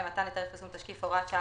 למתן היתר לפרסום תשקיף) (הוראת שעה),